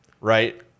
Right